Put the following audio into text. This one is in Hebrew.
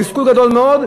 תסכול גדול מאוד,